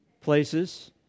places